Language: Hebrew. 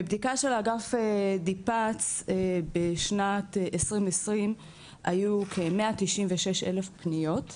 מבדיקה של אגף דיפ"צ בשנת 2020 היו כ-196,000 פניות,